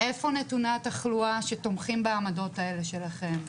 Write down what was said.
איפה נתוני התחלואה שתומכים בעמדות האלה שלכם.